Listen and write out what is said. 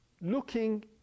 looking